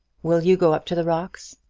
will you go up to the rocks?